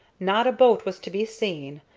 not a boat was to be seen,